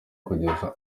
kugeza